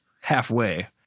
halfway